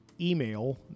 email